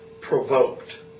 provoked